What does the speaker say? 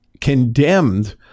condemned